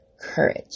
courage